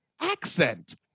accent